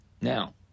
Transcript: Now